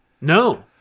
No